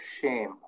shame